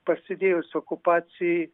prasidėjus okupacijai